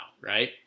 right